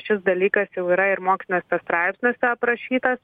šis dalykas jau yra ir moksliniuose straipsniuose aprašytas